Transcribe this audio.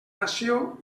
nació